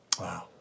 Wow